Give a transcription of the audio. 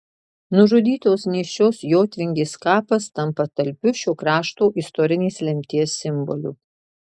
nužudytos nėščios jotvingės kapas tampa talpiu šio krašto istorinės lemties simboliu